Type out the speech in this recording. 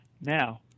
Now